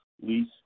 lease